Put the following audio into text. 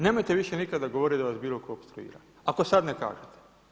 Nemojte više nikada govoriti da vas bilo tko opstruira ako sada ne kažete.